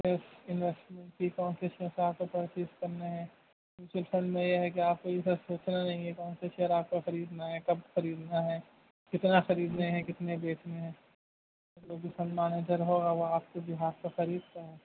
investment کی کون mutual fund میں یہ ہے کہ آپ کو یہ سر سوچنا نہیں ہے کون سے شیئر آپ کو خریدنا ہے کب خریدنا ہے کتنا خریدنے ہیں کتنے بیچنے ہیں فنڈ منیجر ہوگا وہ آپ کو بیہاف کا خریدتا ہے